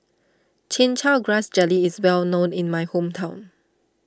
Chin Chow Grass Jelly is well known in my hometown